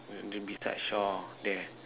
the beside Shaw there